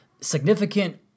significant